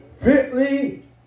fitly